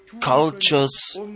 cultures